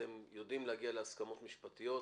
אתם ידעים להגיע להסכמות משפטיות,